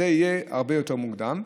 זה יהיה הרבה יותר מוקדם,